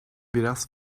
biraz